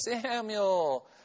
Samuel